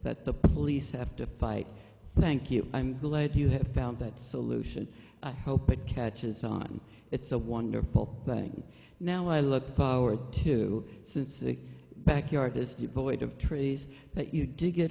that the police have to fight thank you i'm glad you have found that solution i hope it catches on it's a wonderful thing now what i look forward to since the backyard is the boys of trees that you di